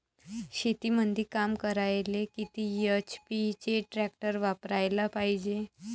शेतीमंदी काम करायले किती एच.पी चे ट्रॅक्टर वापरायले पायजे?